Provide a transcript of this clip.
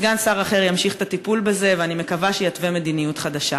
סגן שר אחר ימשיך את הטיפול בזה ואני מקווה שיתווה מדיניות חדשה.